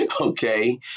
okay